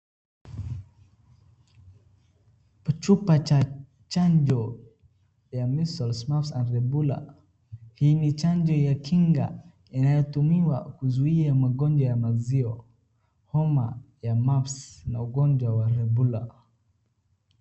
Chupa chanjo ya measles, mabs na rubella. Hii ni chanjo ya kinga inayotumika kuzuia magonjwa ya measles, homa ya mabs, na ugonjwa wa rebula.